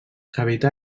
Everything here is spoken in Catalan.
habita